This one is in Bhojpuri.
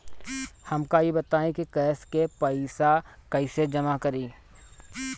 हमका ई बताई कि गैस के पइसा कईसे जमा करी?